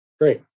Great